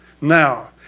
now